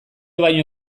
baino